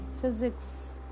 physics